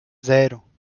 zero